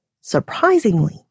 Surprisingly